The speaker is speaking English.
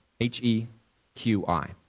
H-E-Q-I